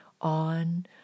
on